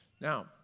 Now